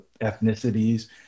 ethnicities